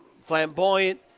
flamboyant